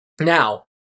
now